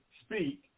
speak